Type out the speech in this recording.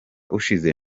ushize